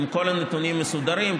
עם כל הנתונים מסודרים,